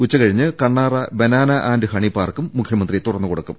ഉച്ചകഴിഞ്ഞ് Kannara banana and honey പാർക്കും മൂഖ്യമന്ത്രി തുറന്നുകൊടുക്കും